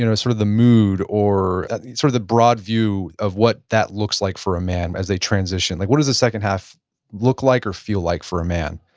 you know sort of the mood, or the sort of the broad view of what that looks like for a man as they transition? what does the second half look like or feel like for a man?